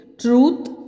truth